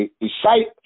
excite